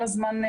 כל הזמן,